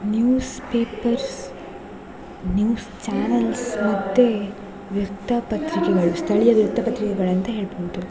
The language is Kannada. ನ್ಯೂಸ್ ಪೇಪರ್ಸ್ ನ್ಯೂಸ್ ಚಾನಲ್ಸ್ ಮತ್ತು ವೃತ್ತಪತ್ರಿಕೆಗಳು ಸ್ಥಳೀಯ ವೃತ್ತಪತ್ರಿಕೆಗಳಂತ ಹೇಳ್ಬೋದು